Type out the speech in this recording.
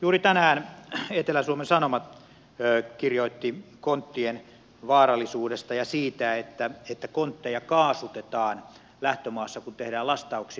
juuri tänään etelä suomen sanomat kirjoitti konttien vaarallisuudesta ja siitä että kontteja kaasutetaan lähtömaassa kun tehdään lastauksia